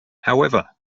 however